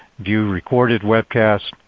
view recorded webcasts.